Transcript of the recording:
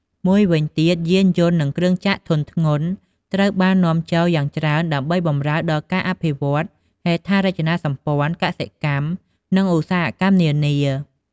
មួយវិញទៀត យានយន្ត និងគ្រឿងចក្រធុនធ្ងន់ ត្រូវបាននាំចូលយ៉ាងច្រើនដើម្បីបម្រើដល់ការអភិវឌ្ឍន៍ហេដ្ឋារចនាសម្ព័ន្ធ កសិកម្ម និងឧស្សាហកម្មនានា។